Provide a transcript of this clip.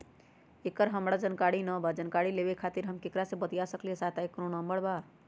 एकर हमरा जानकारी न बा जानकारी लेवे के खातिर हम केकरा से बातिया सकली ह सहायता के कोनो नंबर बा?